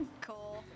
Cool